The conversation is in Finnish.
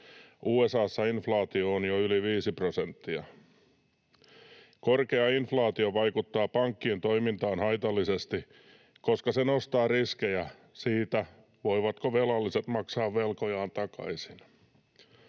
USA:ssa inflaatio on jo yli viisi prosenttia. Korkea inflaatio vaikuttaa pankkien toimintaan haitallisesti, koska se nostaa riskejä siitä, voivatko velalliset maksaa velkojaan takaisin.